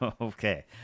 Okay